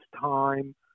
time